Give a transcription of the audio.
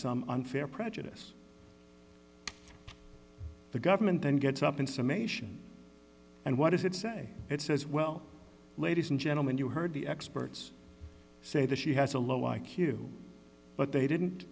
some unfair prejudice the government then gets up in summation and what does it say it says well ladies and gentlemen you heard the experts say that she has a low i q but they didn't